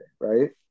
Right